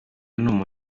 abakobwa